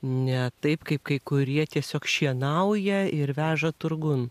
ne taip kaip kai kurie tiesiog šienauja ir veža turgun